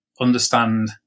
understand